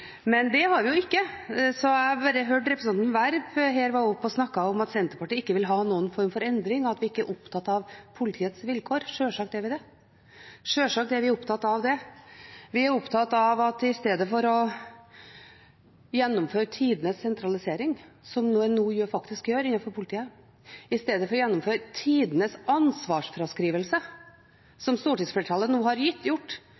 men det har vi jo ikke! Representanten Werp var oppe her og snakket om at Senterpartiet ikke vil ha noen form for endring, at vi ikke er opptatt av politiets vilkår. Sjølsagt er vi det, sjølsagt er vi opptatt av det. Vi er opptatt av det istedenfor å gjennomføre tidenes sentralisering, som man nå faktisk gjør innenfor politiet, istedenfor å gjennomføre tidenes ansvarsfraskrivelse, som stortingsflertallet nå har gjort